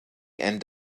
end